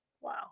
Wow